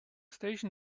station